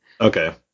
Okay